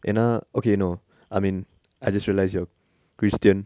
ஏனா:yena okay no I mean I just realised you're christian